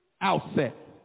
outset